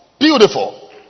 Beautiful